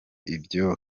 ibyo